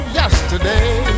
yesterday